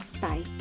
Bye